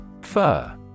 Fur